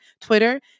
Twitter